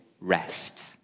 rest